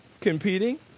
competing